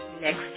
next